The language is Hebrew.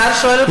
השר שואל אותך.